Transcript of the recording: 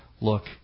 Look